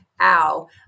ow